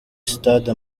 stade